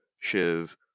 Shiv